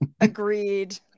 Agreed